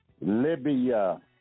Libya